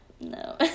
No